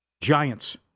Giants